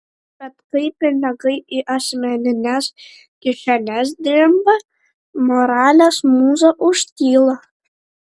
bet kai pinigai į asmenines kišenes drimba moralės mūza užtyla